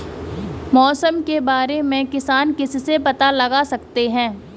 मौसम के बारे में किसान किससे पता लगा सकते हैं?